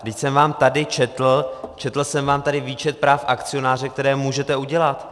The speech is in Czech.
Vždyť jsem vám tady četl, četl jsem vám tady výčet práv akcionáře, která můžete udělat.